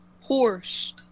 horse